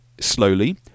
Slowly